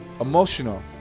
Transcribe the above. Emotional